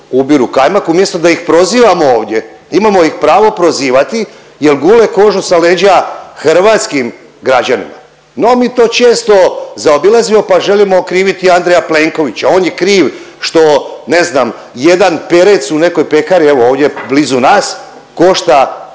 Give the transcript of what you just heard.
ubiru kajmak umjesto da ih prozivamo ovdje. Imamo ih pravo prozivati jel gule kožu sa leđa hrvatskim građanima. No mi to često zaobilazimo pa želimo okriviti Andreja Plenkovića. On je kriv što ne znam, jedan perec u nekoj pekari evo ovdje blizu nas košta